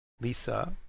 Lisa